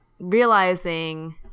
realizing